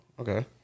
Okay